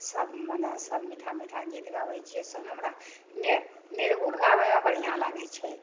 सब मने सब मीठा मीठा गीत गाबै छिए सब ने हमरा ने निर्गुण गाबैमे हमरा बढ़िआँ लागै छै